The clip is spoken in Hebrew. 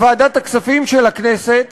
היום, בוועדת הכספים של הכנסת,